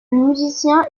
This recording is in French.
musicien